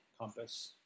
compass